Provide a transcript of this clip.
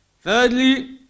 Thirdly